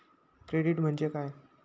Credit म्हणजे काय?